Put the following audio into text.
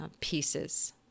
pieces